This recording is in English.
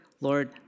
Lord